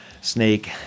snake